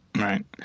Right